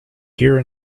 here